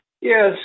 Yes